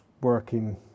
working